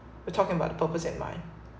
we're talking about the purpose at mind